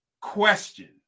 question